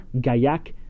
Gaillac